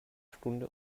stunde